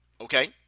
okay